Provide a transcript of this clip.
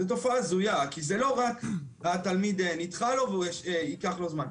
זו תופעה הזויה זה לא רה תלמיד נדחה לו והוא ייקח לו זמן,